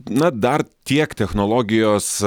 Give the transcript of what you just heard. na dar tiek technologijos